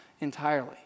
entirely